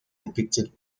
depicted